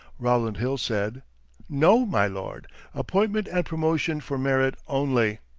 rowland hill said no, my lord appointment and promotion for merit only.